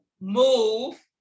move